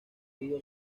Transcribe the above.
río